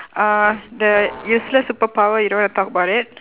uh the useless superpower you don't wanna talk about it